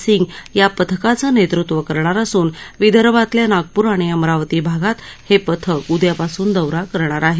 सिंग या पथकाचं नेतृत्व करणार असून विदर्भातल्या नागपूर आणि अमरावती भागात हे पथक उदयापासून दौरा करणार आहे